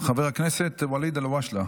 חבר הכנסת ואליד אלהואשלה.